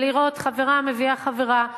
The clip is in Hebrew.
ולראות חברה מביאה חברה,